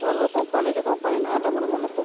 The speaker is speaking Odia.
ଭଲ କମ୍ପାନୀ ସେ କମ୍ପାନୀ ନାଁ'ଟା ଆମର ମନେ ପଡ଼ୁନି